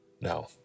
Now